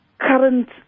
current